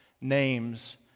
names